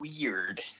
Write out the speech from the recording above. weird